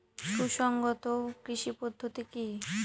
সুসংহত কৃষি পদ্ধতি কি?